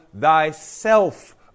thyself